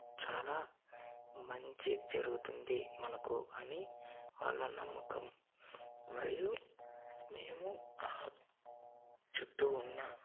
చాలా మంచి జరుగుతుంది మనకు అని వాళ్ల నమ్మకం మరియు మేము ఆ చుట్టూ ఉన్న